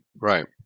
Right